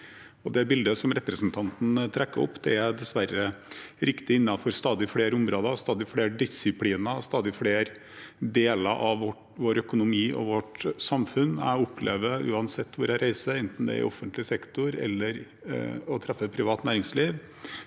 Det bildet som representanten trekker opp, er dessverre riktig innenfor stadig flere områder, stadig flere disipliner og stadig flere deler av vår økonomi og vårt samfunn. Jeg opplever at uansett hvor jeg reiser, enten jeg besøker offentlig sektor eller privat næringsliv,